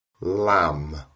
lamb